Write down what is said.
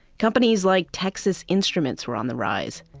companies like texas instruments were on the rise.